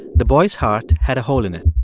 the boy's heart had a hole in it.